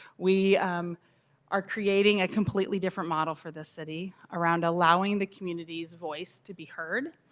we are creating a completely different model for this city around allowing the community's voice to be heard.